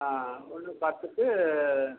ஆ ஒன்று பத்துக்கு